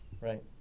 right